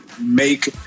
make